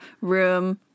room